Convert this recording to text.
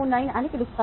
29 అని పిలుస్తారు